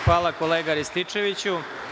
Hvala kolega Rističeviću.